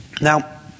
Now